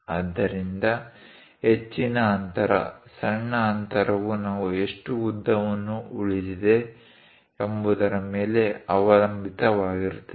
ಆದ್ದರಿಂದ ಹೆಚ್ಚಿನ ಅಂತರ ಸಣ್ಣ ಅಂತರವು ನಾವು ಎಷ್ಟು ಉದ್ದವನ್ನು ಉಳಿದಿದೆ ಎಂಬುದರ ಮೇಲೆ ಅವಲಂಬಿತವಾಗಿರುತ್ತದೆ